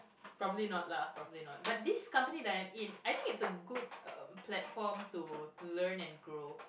probably not lah probably not but this company that I'm in I think it's a good uh platform to learn and grow